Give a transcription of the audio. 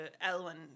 Ellen